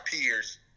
peers